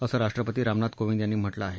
असं राष्ट्रपती रामनाथ कोविंद यांनी म्हटलं आहे